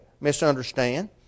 misunderstand